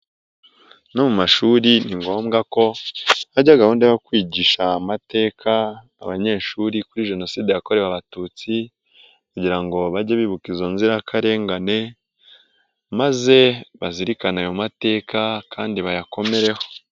No mu mashuri ni ngombwa ko hajya gahunda yo kwigisha amateka abanyeshuri kuri jenoside yakorewe abatutsi, kugira ngo bajye bibuka izo nzirakarengane maze bazirikane ayo mateka kandi bayakomereho.